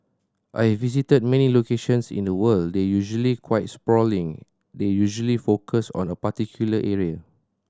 I've visited many locations in the world they're usually quite sprawling they're usually focused on a particular area